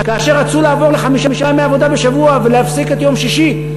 כאשר רצו לעבור לחמישה ימי עבודה בשבוע ולהפסיק לעבוד יום שישי,